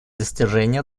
достижение